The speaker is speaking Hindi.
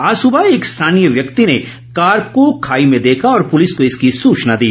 आज सुबह एक स्थानीय व्यक्ति ने कार को खाई में देखा और पुलिस को इसकी सूचना दी